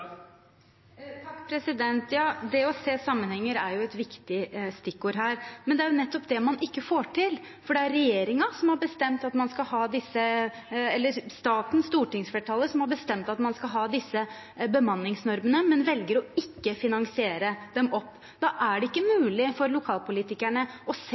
Ja, det å se sammenhenger er et viktig stikkord her, men det er jo nettopp det man ikke får til, for det er stortingsflertallet som har bestemt at man skal ha disse bemanningsnormene, men velger å ikke finansiere dem opp. Da er det ikke mulig for lokalpolitikerne å se